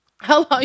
Hello